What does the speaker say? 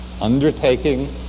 undertaking